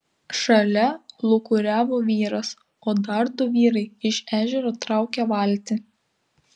šalia lūkuriavo vyras o dar du vyrai iš ežero traukė valtį